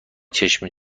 چشم